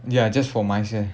ya just for myself